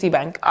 Bank